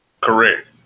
Correct